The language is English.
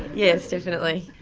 yes, definitely.